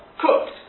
cooked